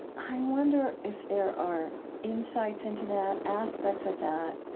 i wonder if there are insights into that, aspects of that,